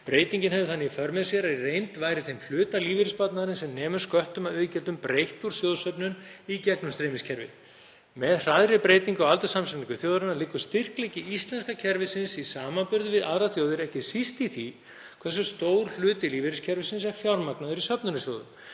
Breytingin hefði þannig í för með sér að í reynd væri þeim hluta lífeyrissparnaðarins sem nemur sköttum af iðgjöldum breytt úr sjóðsöfnun í gegnumstreymiskerfi. Með hraðri breytingu á aldurssamsetningu þjóða liggur styrkleiki íslenska lífeyriskerfisins í samanburði við aðrar þjóðir ekki síst í því hversu stór hluti lífeyriskerfisins er fjármagnaður í söfnunarsjóðum.